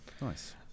Nice